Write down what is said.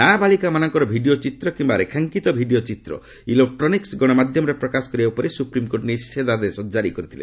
ନା ବାଳିକାମାନଙ୍କର ଭିଡ଼ିଓ ଚିତ୍ର କିମ୍ବା ରେଖାଙ୍କିତ ଭିଡ଼ିଓ ଚିତ୍ର ଇଲେକ୍ରୋନିକ୍ ଗଣମାଧ୍ୟମରେ ପ୍ରକାଶ କରିବା ଉପରେ ସୁପ୍ରିମ୍କୋର୍ଟ ନିଶେଧାଦେଶ ଜାରି କରିଥିଲେ